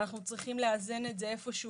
אנחנו צריכים לאזן את זה איפשהו